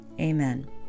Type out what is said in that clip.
Amen